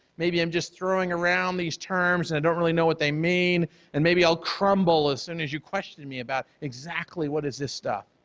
maybe i'm just throwing around these terms, i and don't really know what they mean and maybe i'll crumble as soon as you question me about exactly what is this stuff,